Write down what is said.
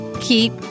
keep